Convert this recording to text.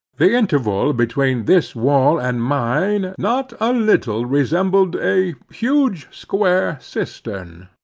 the interval between this wall and mine not a little resembled a huge square cistern.